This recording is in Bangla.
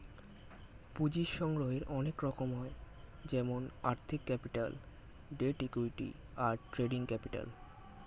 পুঁজির সংগ্রহের অনেক রকম হয় যেমন আর্থিক ক্যাপিটাল, ডেট, ইক্যুইটি, আর ট্রেডিং ক্যাপিটাল